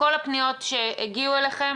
כל הפניות שהגיעו אליכם,